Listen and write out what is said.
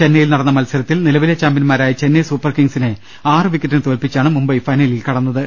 ചെന്നൈയിൽ നടന്ന മത്സരത്തിൽ നിലവിലെ ചാമ്പ്യന്മാരായ ചെന്നൈ സൂപ്പർ കിംഗ്സിനെ ആറ് വിക്കറ്റിന് തോല്പിച്ചാണ് മുംബൈ ഫൈനലിൽ കടന്നത്